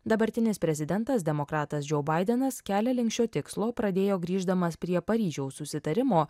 dabartinis prezidentas demokratas džo baidenas kelią link šio tikslo pradėjo grįždamas prie paryžiaus susitarimo